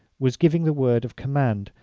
was giving the word of command,